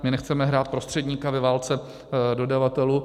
My nechceme hrát prostředníka ve válce dodavatelů.